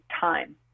time